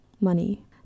money